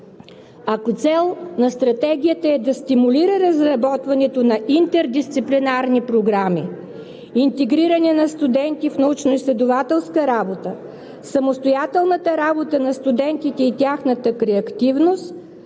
Ако цел на Стратегията е да стимулира разработването на интердисциплинарни програми, интегриране на студенти в научно-изследователска работа, самостоятелната работа на студентите и тяхната креативност,